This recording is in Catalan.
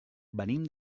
venim